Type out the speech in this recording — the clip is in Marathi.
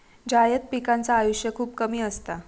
जायद पिकांचा आयुष्य खूप कमी असता